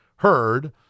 heard